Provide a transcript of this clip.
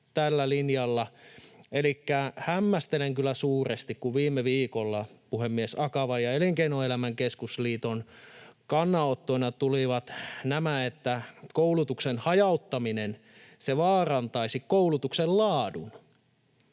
samalla linjalla. Elikkä hämmästelen kyllä suuresti, kun viime viikolla, puhemies, Akavan ja Elinkeinoelämän keskusliiton kannanottoina tuli, että koulutuksen hajauttaminen vaarantaisi koulutuksen laadun.